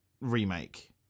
remake